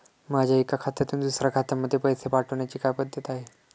माझ्या एका खात्यातून दुसऱ्या खात्यामध्ये पैसे पाठवण्याची काय पद्धत आहे?